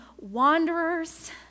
wanderers